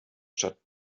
stadt